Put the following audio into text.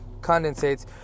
condensates